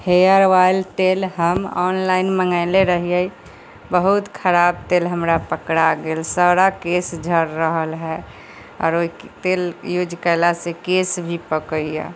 hair oil तेल हम online मँगेने रहिए बहुत खराब तेल हमरा पकड़ा गेल सारा केश झड़ि रहल हइ आओर ओ तेल यूज कएलासँ केश भी पकैए